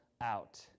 out